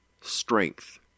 strength